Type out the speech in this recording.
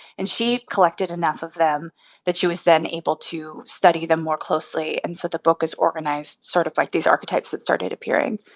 and she collected enough of them that she was then able to study them more closely. and so the book is organized sort of like these archetypes that started appearing.